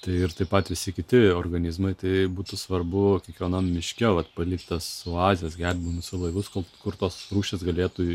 tai ir taip pat visi kiti organizmai tai būtų svarbu kiekvienam miške vat palikt tas oazes gelbijimosi laivus kol kur tos rūšys galėtų